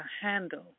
handle